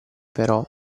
però